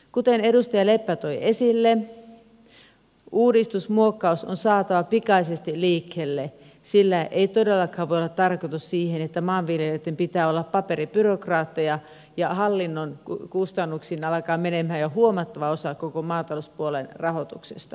kuten edustaja leppä toi esille uudistusmuokkaus on saatava pikaisesti liikkeelle sillä ei todellakaan voi olla tarkoitus että maanviljelijöitten pitää olla paperibyrokraatteja ja hallinnon kustannuksiin alkaa menemään jo huomattava osa koko maatalouspuolen rahoituksesta